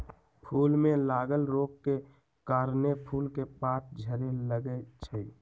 फूल में लागल रोग के कारणे फूल के पात झरे लगैए छइ